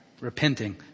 repenting